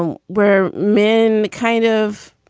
um where men kind of.